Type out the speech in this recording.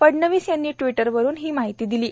फडनवीस यांनी ट्विटरवरून ही माहिती दिली आहे